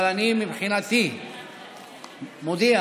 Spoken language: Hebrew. אבל אני מבחינתי מודיע